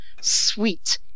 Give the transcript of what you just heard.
Sweet